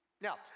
Now